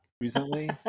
recently